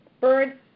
bird